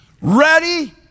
ready